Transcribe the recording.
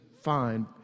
fine